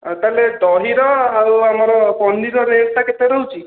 ଆଉ ତାହାଲେ ଦହିର ଆଉ ଆମର ପନିର୍ ରେଟ୍ଟା କେତେ ରହୁଛି